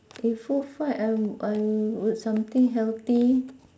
in food fight I w~ I would something healthy